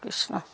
Krishna